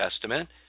Testament